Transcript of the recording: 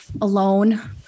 alone